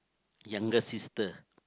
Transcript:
youngest sister